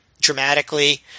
dramatically